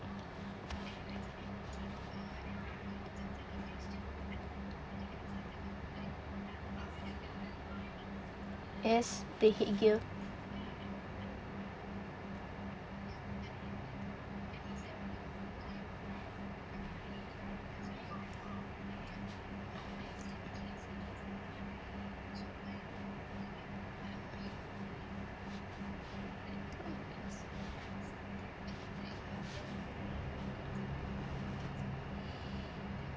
yes big hit girl